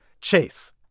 Chase